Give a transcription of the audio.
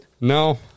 No